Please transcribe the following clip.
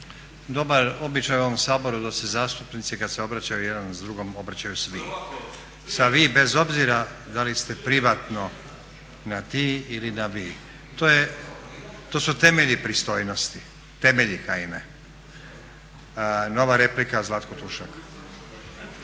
Dobar običaj u ovom Saboru je da se zastupnici kad se obraćaju jedan drugom obraćaju sa vi, bez obzira da li ste privatno na ti ili na vi. To su temelji pristojnosti, temelji Kajine. Nova replika, Zlatko Tušak.